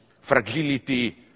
fragility